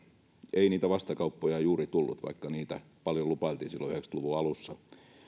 ei niitä vastakauppoja juuri tullut vaikka niitä paljon lupailtiin silloin yhdeksänkymmentä luvun alussa